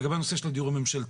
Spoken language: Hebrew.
לגבי הנושא של הדיור הממשלתי,